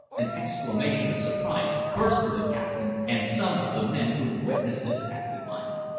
an exclamation of surprise burst from the captain and some of the men who witnessed this act of mine.